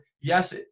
yes